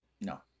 No